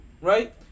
Right